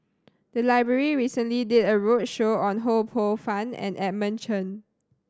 the library recently did a roadshow on Ho Poh Fun and Edmund Chen